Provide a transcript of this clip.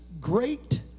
great